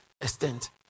extent